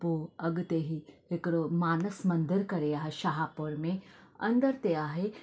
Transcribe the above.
पोइ अॻिते ही हिकिड़ो मानस मंदरु करे आहे शाहपुर में अंदरि ते आहे